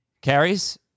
Carries